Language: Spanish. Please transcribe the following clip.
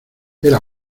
era